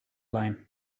line